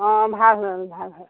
অঁ ভাল হ'ল ভাল হ'ল